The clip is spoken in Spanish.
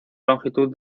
longitud